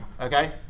okay